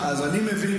מה זה מכרז,